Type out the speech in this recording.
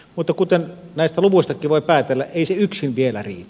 mutta kuten näistä luvuistakin voi päätellä ei se yksin vielä riitä